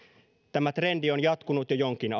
tämä trendi on jatkunut jo jonkin